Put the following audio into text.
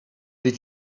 did